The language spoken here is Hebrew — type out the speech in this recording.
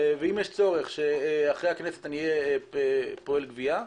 ואם יש צורך שאחרי הכנסת אהיה פועל גבייה,